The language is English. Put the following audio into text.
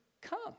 come